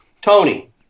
Tony